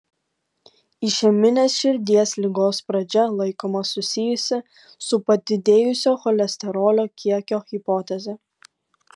išeminės širdies ligos pradžia laikoma susijusi su padidėjusio cholesterolio kiekio hipoteze